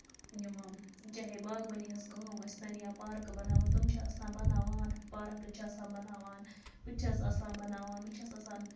ییٚمہٕ چاہے باغبٲنی ہٕنٛز کٲم ٲسۍتَن یا پارکہٕ بَناونہِ تِم چھِ آسان بَناوان پارکہٕ چھِ آسان بَناوان بہٕ تہِ چھَس آسان بَناوان بہٕ چھَس آسان